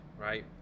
Right